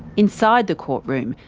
inside the courtroom,